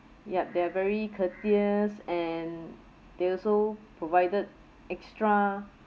yup they are very courteous and they also provided extra